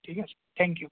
ঠিক আছে thank U